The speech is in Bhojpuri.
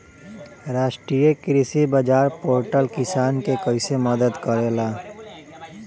राष्ट्रीय कृषि बाजार पोर्टल किसान के कइसे मदद करेला?